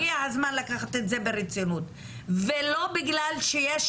הגיע הזמן לקחת את זה ברצינות ולא בגלל שיש